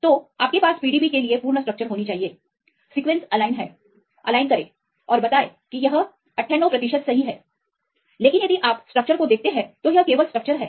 तो आपके पास PDB के लिए पूर्ण स्ट्रक्चर होनी चाहिए सीक्वेंस एलाइन है एलाइन करें और बताएं कि यह 98 प्रतिशत सही है लेकिन यदि आप स्ट्रक्चर को देखते हैं तो यह केवल स्ट्रक्चर है